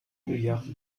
milliarde